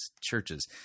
Churches